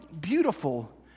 beautiful